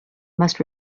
must